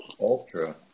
ultra